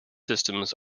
systems